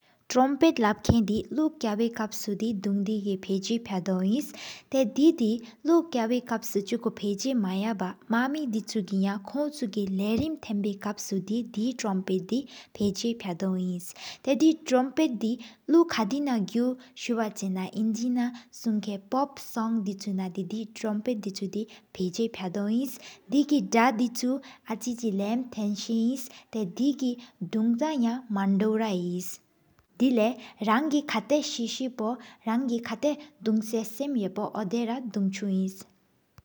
དྲུམཔེཊ་ལབ་ཁེན་དི་ལུ་ཁ་བི་ཀབ་སུ། དུང་དི་གི་ཕེ་ཟ་ཕ་དོ་ཨིངས། ཏའི་དི་དེ་ལུ་ཁ་བི་ཀབ་སུ་ཆུ་ཀོ་ཕི་འཛེ་མ་ཡ་བ། མག་མེ་དི་ཆུ་གི་ཡ་ཁོང་ཆུ་གི་ལྱརིམ་ཚན། བཻ་ཀབ་སུ་དེ་དྲུམཔེཊ་དི་ཕི་འཛེ་ཕ་དོ་ཨིངས། ཏའི་དེ་དྲུམཔེཊ་དེ་ལུ་ཁ་དི་ན་གུ་སུ་བ་ཆེ་ན། ཨིང་གི་ན་སུན་ཁེན་པོབ་སྒྲོག་ན་དྲུམཔེཊ་དི་ཆུ། དེ་ཕེ་འཛེ་ཕ་དོ་ཨིངས་དེ་གི་དརེ་དི་ཆུ་ཨ་ཆིཀ་ཆི། ལམ་བཙན་ས་ཨིང་ཏའི་དེ་གི་དུང་ཐང་ཡ། མན་དོཝ་བྷོ་ར་ཡེས།